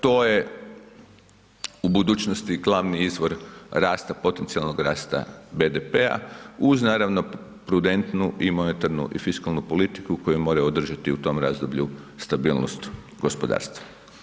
To je u budućnosti glavni izvor rasta, potencijalnog rasta BDP-a uz naravno prudentnu i monetarnu i fiskalnu politiku koju moraju održati u tom razdoblju stabilnost gospodarstva.